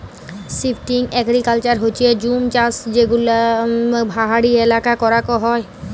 shifting agriculture হচ্যে জুম চাষযেগুলা পাহাড়ি এলাকায় করাক হয়